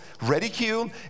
ridicule